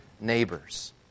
neighbors